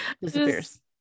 disappears